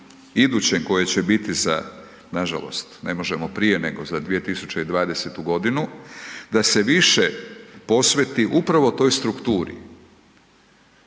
idućem koje će biti, nažalost ne možemo prije nego za 2020. godinu, da se više posveti upravo toj strukturi.